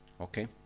Okay